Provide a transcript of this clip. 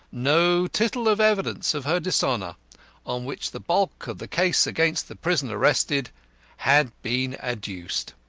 no tittle of evidence of her dishonour on which the bulk of the case against the prisoner rested had been adduced.